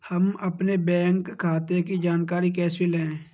हम अपने बैंक खाते की जानकारी कैसे लें?